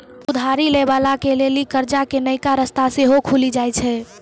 उधारी लै बाला के लेली कर्जा के नयका रस्ता सेहो खुलि जाय छै